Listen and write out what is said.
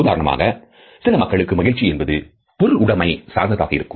உதாரணமாக சில மக்களுக்கு மகிழ்ச்சி என்பது பொருள் உடமையை சார்ந்ததாக இருக்கும்